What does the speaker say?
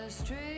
Street